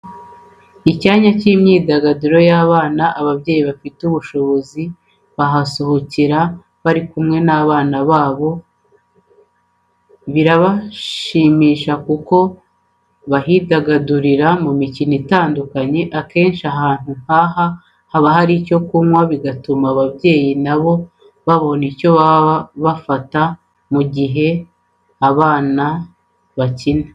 Icyanya cy'imyidagaduro y'abana, ababyeyi bafite ubushobozi bahasohokera bari kumwe n'abana babo, birabashimisha kuko baridagadura mu mikino itandukanye. Kenshi ahantu nk'aha haba hari n'icyo kumwa bigatuma ababyeyi na bo babona icyo baba bafata mu gihe abana bakina.